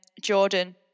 Jordan